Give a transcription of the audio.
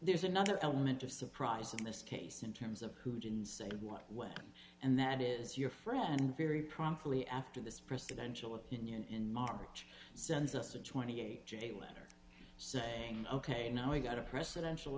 there's another element of surprise in this case in terms of who didn't say what when and that is your friend very promptly after this presidential opinion in march sends us a twenty eight j letter saying ok now we got a presidential